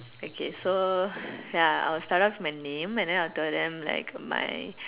okay so ya I'll start off from my name and then I'll tell them like my